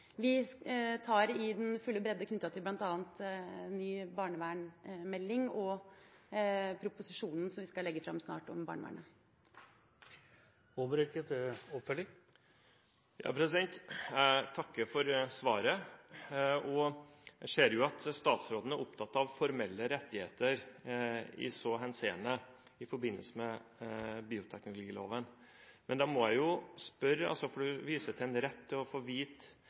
tar i sin fulle bredde knyttet til bl.a. ny barnevernmelding og proposisjonen om barnevernet som vi snart skal legge fram. Jeg takker for svaret. Jeg ser at statsråden er opptatt av formelle rettigheter i forbindelse med bioteknologiloven, og du viser til en rett til å få vite